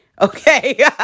okay